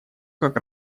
как